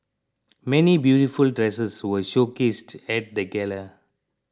many beautiful dresses were showcased at the gala